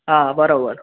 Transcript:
हा बरोबर